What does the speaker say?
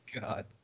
God